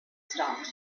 stopped